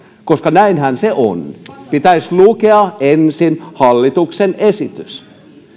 koska näinhän se on pitäisi lukea ensin hallituksen esitys